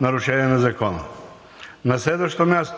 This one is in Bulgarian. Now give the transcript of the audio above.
нарушение на Закона? На следващо място,